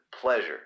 pleasure